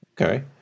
Okay